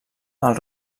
els